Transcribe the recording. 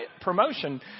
promotion